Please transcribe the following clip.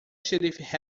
xerife